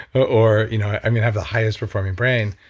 or you know i have the highest performing brain.